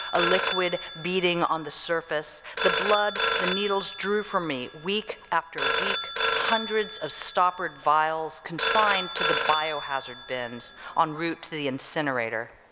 a liquid beating on the surface, the blood, the needles drew from me, week after week, hundreds of stoppard vials consigned to the biohazard bins enroute to the incinerator,